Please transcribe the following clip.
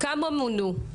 כמה מונו?